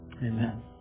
Amen